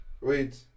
Wait